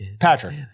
Patrick